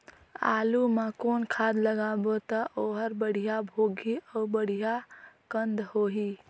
आलू मा कौन खाद लगाबो ता ओहार बेडिया भोगही अउ बेडिया कन्द होही?